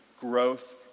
growth